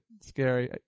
scary